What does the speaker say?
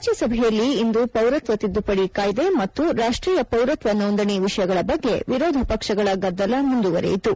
ರಾಜ್ಯಸಭೆಯಲ್ಲಿ ಇಂದು ಪೌರತ್ನ ತಿದ್ಗುಪದಿ ಕಾಯ್ಲೆ ಮತ್ತು ರಾಷ್ಟೀಯ ಪೌರತ್ನ ನೋಂದಣಿ ವಿಷಯಗಳ ಬಗ್ಗೆ ವಿರೋಧ ಪಕ್ಷಗಳ ಗದ್ದಲ ಮುಂದುವರೆಯಿತು